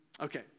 Okay